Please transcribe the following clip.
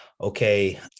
okay